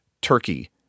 turkey